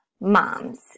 moms